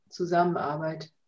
zusammenarbeit